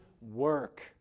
work